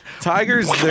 Tigers